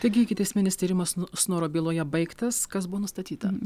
taigi ikiteisminis tyrimas sno snoro byloje baigtas kas buvo nustatyta